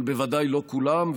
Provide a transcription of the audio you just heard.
אבל בוודאי לא כולם,